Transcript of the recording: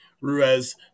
Ruiz